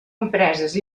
empreses